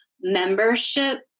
membership